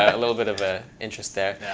a little bit of a interest there.